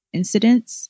incidents